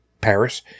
Paris